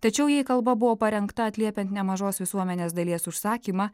tačiau jei kalba buvo parengta atliepiant nemažos visuomenės dalies užsakymą